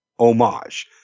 homage